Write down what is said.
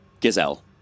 gazelle